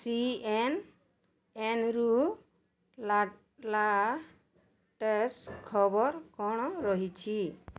ସିଏନ୍ଏନ୍ରୁ ଲାଟ୍ ଲାଟେଷ୍ଟ୍ ଖବର କ'ଣ ରହିଛି